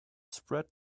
spread